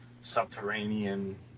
subterranean